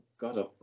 God